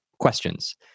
questions